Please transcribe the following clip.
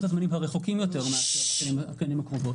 הזמנים הרחוקים יותר מאשר השנים הקרובות,